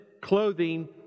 clothing